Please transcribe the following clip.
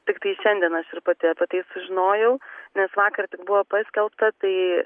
tiktai šiandien aš ir pati apie tai sužinojau nes vakar tik buvo paskelbta tai